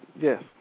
Yes